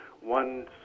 one